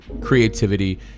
creativity